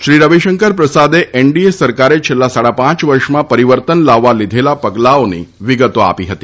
શ્રી રવિશંકર પ્રસાદે એનડીએ સરકારે છેલ્લા સાડા પાંચ વર્ષમાં પરિવર્તન લાવવા લીધેલા પગલાંઓની વિગતો આપી હતી